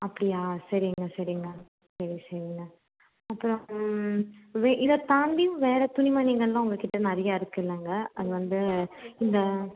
அப்படியா சரிங்க சரிங்க சரி சரிங்க அப்புறம் இதைத்தாண்டி வேறு துணிமணிங்க எல்லாம் உங்கள்கிட்ட நிறையா இருக்குல்லைங்க அது வந்து இந்த